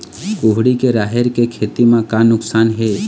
कुहड़ी के राहेर के खेती म का नुकसान हे?